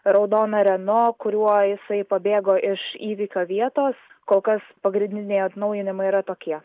raudoną reno kuriuo jisai pabėgo iš įvykio vietos kol kas pagrindiniai atnaujinimai yra tokie